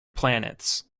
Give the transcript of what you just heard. planets